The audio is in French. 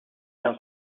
d’un